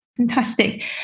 Fantastic